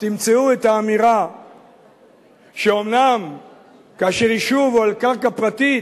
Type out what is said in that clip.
תמצאו את האמירה שאומנם כאשר יישוב הוא על קרקע פרטית,